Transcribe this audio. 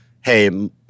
hey